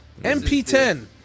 MP10